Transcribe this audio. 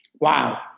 Wow